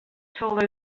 till